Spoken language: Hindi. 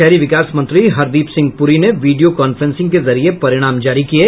शहरी विकास मंत्री हरदीप सिंह पूरी ने वीडियो कांफ्रेंसिंग के जरिये परिणाम जारी किये